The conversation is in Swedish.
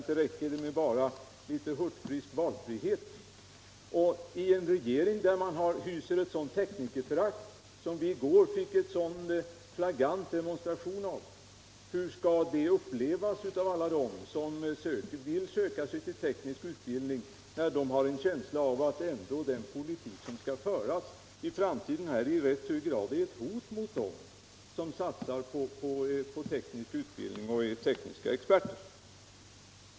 Inte räcker det med litet hurtfrisk valfrihet. I regeringen hyser man eu sådant teknikerförakt som vi i går fick en flagrant demonstration av. Hur skall det upplevas av alla dem som vill söka sig till teknisk utbildning, när de har en känsla av att ändå den politik som skall föras i framtiden i rätt hög grad är ett hot mot dem som har satsat på teknisk utbildning och är tekniska experter?